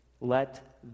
let